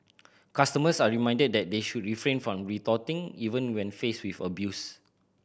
customers are reminded that they should refrain from retorting even when faced with abuse